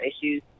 issues